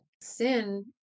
sin